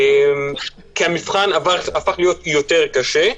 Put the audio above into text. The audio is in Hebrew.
כי המבחן הפך להיות יותר קשה.